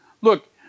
look